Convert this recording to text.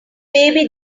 baby